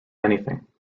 anything